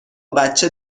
بچه